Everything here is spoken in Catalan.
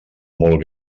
molt